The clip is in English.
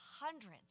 hundreds